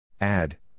Add